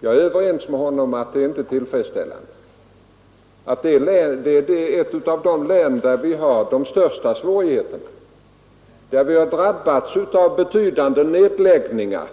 Jag är överens med honom om att situationen inte är tillfredsställande. Det är fråga om ett av de län där vi har de största svårigheterna, där man har drabbats av ett betydande antal nedläggningar.